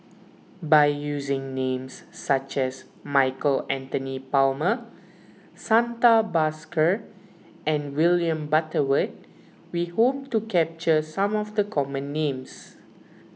by using names such as Michael Anthony Palmer Santha Bhaskar and William Butterworth we hope to capture some of the common names